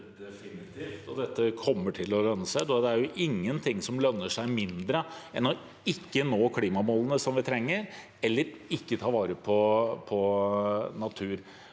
Definitivt – og dette kommer til å lønne seg. Det er ingen ting som lønner seg mindre enn å ikke nå klimamålene som vi trenger, eller å ikke ta vare på natur.